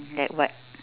like what